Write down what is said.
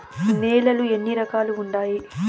నేలలు ఎన్ని రకాలు వుండాయి?